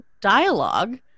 dialogue